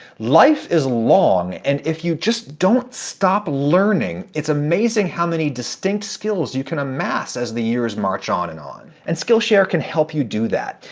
life is long, and if you just don't stop learning, it's amazing how many distinct skills you can amass as the years march on and on, and skillshare can help you do that.